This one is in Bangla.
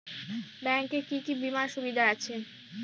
ব্যাংক এ কি কী বীমার সুবিধা আছে?